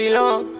long